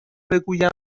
بگویم